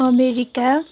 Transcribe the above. America